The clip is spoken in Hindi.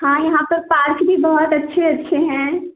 हाँ यहाँ पर पार्क भी बहुत अच्छे अच्छे हैं